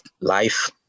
life